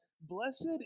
Blessed